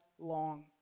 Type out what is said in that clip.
long